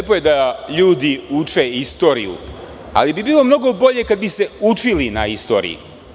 Lepo je da ljudi uče istoriju, ali bi bilo mnogo bolje kad bi se učili na istoriji.